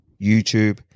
YouTube